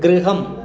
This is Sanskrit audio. गृहम्